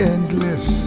Endless